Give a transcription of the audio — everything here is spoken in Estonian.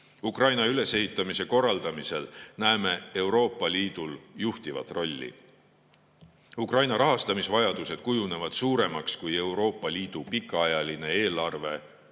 Ukraina ülesehitamise korraldamisel näeme Euroopa Liidul juhtivat rolli. Ukraina rahastamise vajadused kujunevad suuremaks, kui Euroopa Liidu pikaajaline eelarve